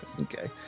Okay